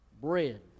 Bread